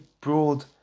broad